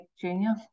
Junior